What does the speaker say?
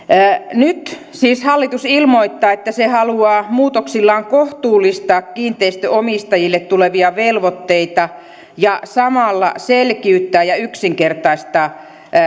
nyt siis hallitus ilmoittaa että se haluaa muutoksillaan kohtuullistaa kiinteistönomistajille tulevia velvoitteita ja samalla selkiyttää ja yksinkertaistaa